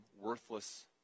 worthless